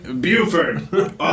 Buford